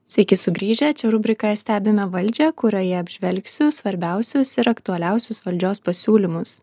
sveiki sugrįžę čia rubrika stebime valdžią kurioje apžvelgsiu svarbiausius ir aktualiausius valdžios pasiūlymus